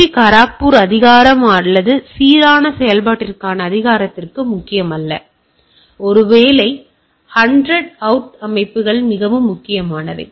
D Kharagpur அதிகாரம் அல்லது சீரான செயல்பாட்டிற்கான அதிகாரத்திற்கு முக்கியமல்ல ஒருவேளை 100 அவுட் அமைப்புகள் மிகவும் முக்கியமானவை